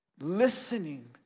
listening